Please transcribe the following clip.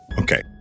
Okay